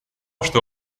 что